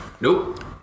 Nope